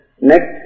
Next